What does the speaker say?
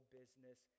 business